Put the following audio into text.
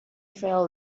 felt